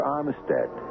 Armistead